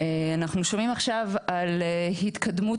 אנחנו שומעים עכשיו על התקדמות